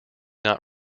not